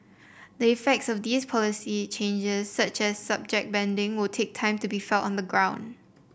the effects of these policy changes such as subject banding will take time to be felt on the ground